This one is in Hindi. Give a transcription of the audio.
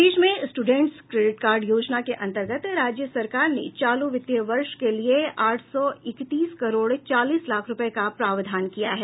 प्रदेश में स्टूडेंट्स क्रेडिट कार्ड योजना के अंतर्गत राज्य सरकार ने चालू वित्तीय वर्ष के लिए आठ सौ इकतीस करोड़ चालीस लाख रूपये का प्रावधान किया है